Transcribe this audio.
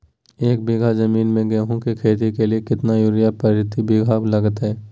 एक बिघा जमीन में गेहूं के खेती के लिए कितना यूरिया प्रति बीघा लगतय?